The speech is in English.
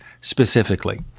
specifically